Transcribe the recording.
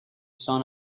son